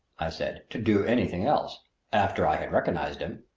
i said, to do anything else after i had recognized him.